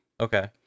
Okay